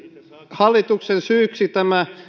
hallituksen syyksi tämä